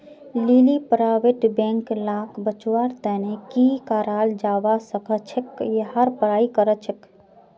लीली private bank लाक बचव्वार तने की कराल जाबा सखछेक यहार पढ़ाई करछेक